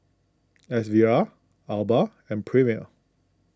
S V R Alba and Premier